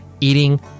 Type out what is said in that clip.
eating